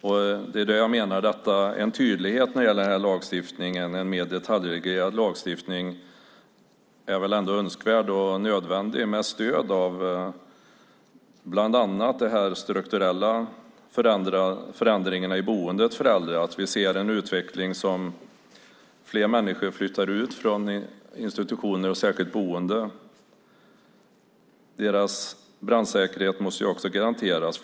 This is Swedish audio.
När det gäller tydligheten i denna lagstiftning är väl ändå en mer detaljreglerad lagstiftning önskvärd och nödvändig, då med stöd av bland annat de strukturella förändringarna i äldres boende. Vi ser nu utvecklingen att fler människor flyttar ut från institutioner och särskilt boende. Också brandsäkerheten för dessa måste garanteras.